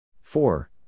Four